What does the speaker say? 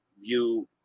view